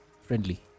friendly